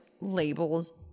labels